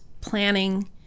planning